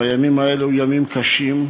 בימים האלה, ימים קשים,